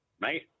Right